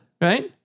Right